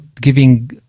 giving